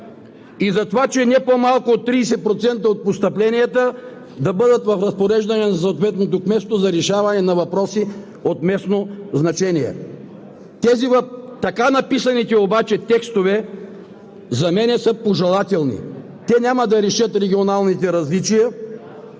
ДИНКОВ: ...не по-малко от 30% от постъпленията да бъдат в разпореждане на съответното кметство за решаване на въпроси от местно значение. Така написаните обаче текстове за мен са пожелателни. Те няма да решат регионалните различия,